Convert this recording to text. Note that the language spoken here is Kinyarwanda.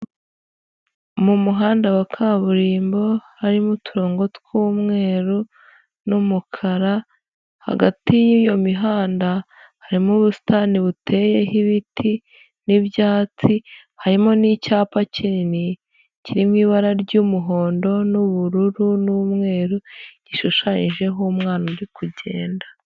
Mu muhanda wa kaburimbo harimo uturongo tw'umweru n'umukara, hagati y'iyo mihanda harimo ubusitani buteyeho ibiti n'ibyatsi, harimo n'icyapa kinini kiri mu ibara ry'umuhondo n'ubururu n'umweru, gishushanyijeho umwana uri kugenda.